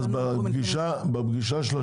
בפגישה שתהיה